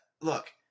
look